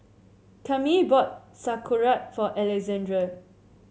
Cammie bought Sauerkraut for Alexandre